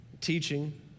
teaching